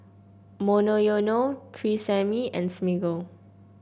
Monoyono Tresemme and Smiggle